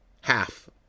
Half